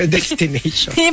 Destination